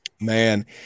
Man